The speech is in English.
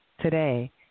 today